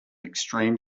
extreme